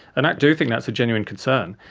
and i do think that's a genuine concern.